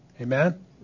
Amen